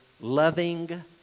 loving